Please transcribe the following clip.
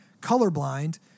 colorblind